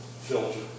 filter